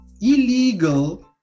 illegal